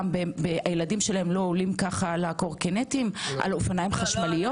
והילדים שלהם לא עולים על קורקינטים ועל אופניים חשמליים?